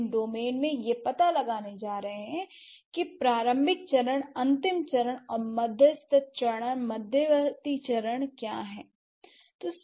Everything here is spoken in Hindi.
हम इन डोमेन में यह पता लगाने जा रहे हैं कि प्रारंभिक चरण अंतिम चरण और मध्यस्थ चरण या मध्यवर्ती चरण क्या हैं